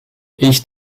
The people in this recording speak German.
ich